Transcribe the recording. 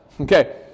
Okay